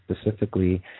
specifically